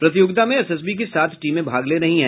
प्रतियोगिता में एसएसबी की सात टीमें भाग ले रही है